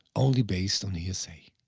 only based on hearsay.